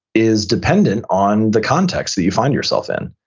is dependent on the context that you find yourself in.